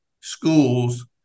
schools